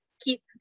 keep